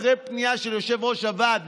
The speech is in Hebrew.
אחרי פנייה של יושב-ראש הוועד,